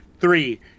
three